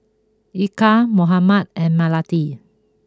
Eka Muhammad and Melati